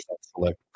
Select